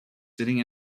sitting